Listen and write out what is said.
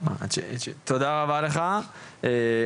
תודה רבה לך,